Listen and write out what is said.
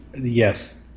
Yes